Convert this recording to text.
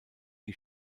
die